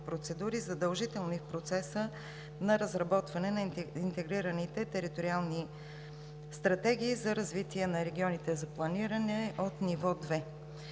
процедури, задължителни в процеса на разработване на интегрираните териториални стратегии за развитие на регионите за планиране от ниво 2.